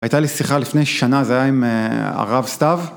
הייתה לי שיחה לפני שנה, זה היה עם הרב סתיו.